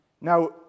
Now